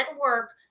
work